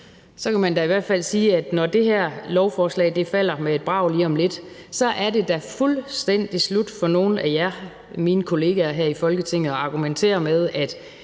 kan man da i hvert fald sige, at når det her lovforslag falder med et brag lige om lidt, er det da fuldstændig slut for nogle af jer, mine kolleger her i Folketinget, at argumentere med, at